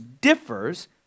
differs